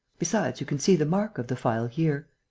besides, you can see the mark of the file here.